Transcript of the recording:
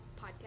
Podcast